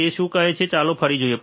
તે શું કહે છે ચાલો ફરી જોઈએ